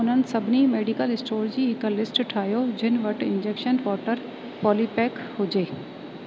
उन्हनि सभिनी medical store जी हिकु लिस्ट ठाहियो जिन वटि इंजेक्शन वॉटर पॉलीपैक हुजे